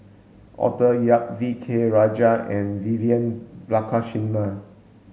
Arthur Yap V K Rajah and Vivian Balakrishnan